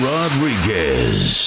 Rodriguez